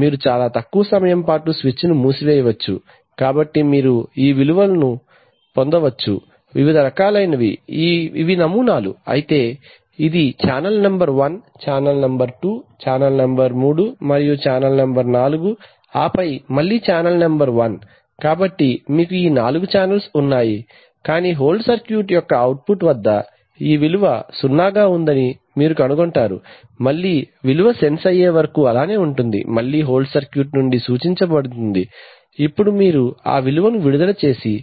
మీరు చాలా తక్కువ సమయం పాటు స్విచ్ను మూసివేయవచ్చు కాబట్టి మీరు ఈ విలువలను పొందవచ్చు వివిధ రకాలైనవి ఇవి నమూనాలు అయితే ఇది channel number one channel number two channel number మూడు మరియు ఛానల్ నంబర్ నాలుగు ఆపై మళ్లీ ఛానల్ నంబర్ వన్ కాబట్టి మీకు ఈ నాలుగు ఛానెల్స్ ఉన్నాయి కానీ హోల్డ్ సర్క్యూట్ యొక్క అవుట్పుట్ వద్ద ఈ విలువ సున్నా గా ఉందని మీరు కనుగొంటారు మళ్ళి విలువ సెన్స్ అయ్యే వరకు అలానే ఉంటుంది మళ్ళీ హోల్డ్ సర్క్యూట్ నుండి సూచించబడుతుంది ఇప్పుడు మీరు ఆ విలువను విడుదల చేసి